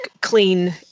clean